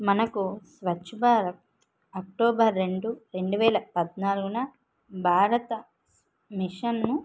మనకు స్వచ్ఛభారత్ అక్టోబర్ రెండు రెండువేల పద్నాలుగున భారత మిషన్ ను